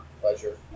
Pleasure